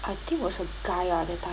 I think was a guy ah that time